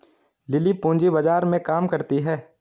lily पूंजी बाजार में काम करती है